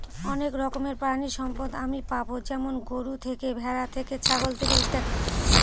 অনেক রকমের প্রানীসম্পদ আমি পাবো যেমন গরু থেকে, ভ্যাড়া থেকে, ছাগল থেকে ইত্যাদি